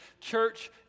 church